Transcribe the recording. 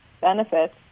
benefits